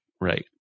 Right